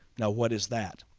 now what is that?